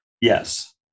Yes